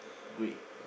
grey